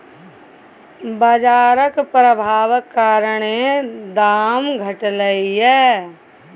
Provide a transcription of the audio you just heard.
बजारक प्रभाबक कारणेँ दाम घटलै यै